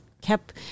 kept